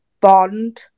bond